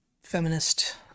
feminist